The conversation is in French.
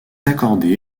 accordé